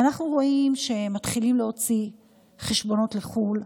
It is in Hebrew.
אנחנו רואים שהם מתחילים להוציא חשבונות לחו"ל.